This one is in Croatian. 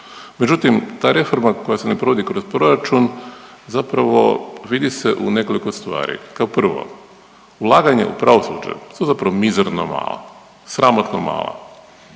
Međutim, ta reforma koje se ne provodi kroz proračun zapravo vidi se u nekoliko stvari. Kao prvo, ulaganja u pravosuđe su zapravo mizerno mala, sramotno mala.